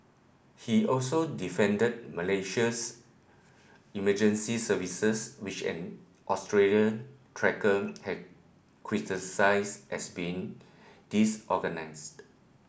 he also defended Malaysia's emergency services which an Australian trekker had criticised as being disorganised